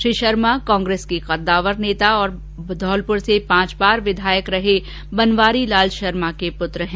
श्री शर्मा कांग्रेस के कद्दावर नेता और घौलपुर से पांच बार विधायक रहे बनवारी लाल शर्मा के पुत्र हैं